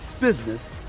business